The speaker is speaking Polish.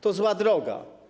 To zła droga.